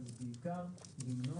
אבל זה בעיקר למנוע